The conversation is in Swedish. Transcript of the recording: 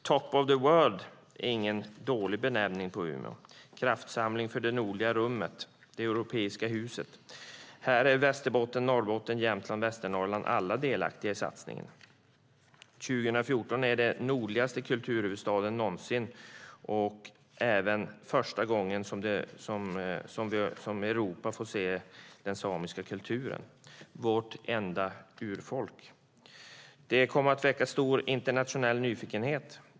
Top of the world - det är ingen dålig benämning på Umeå - är en kraftsamling för det nordliga rummet i det europeiska huset. Här är Västerbotten, Norrbotten, Jämtland och Västernorrland alla delaktiga i satsningen. År 2014 är det nordligaste kulturhuvudstadsåret någonsin och även första gången Europa får se den samiska kulturen - vårt enda urfolk. Det kommer att väcka stor internationell nyfikenhet.